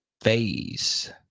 phase